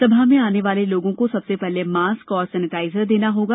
सभा में आने वाले लोगों को सबसे पहले मास्क व सेनेटाइजर देना होगा